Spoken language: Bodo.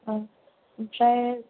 औ ओमफ्राय